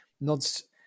nods